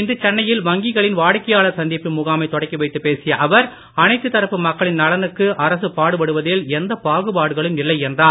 இன்று சென்னையில் வங்கிகளின் வாடிக்கையாளர் சந்திப்பு முகாமைத் தொடக்கி வைத்துப் பேசிய அவர் அனைத்துத் தரப்பு மக்களின் நலனுக்கு அரசு பாடுபடுவதில் எந்த பாகுபாடுகளும் இல்லை என்றார்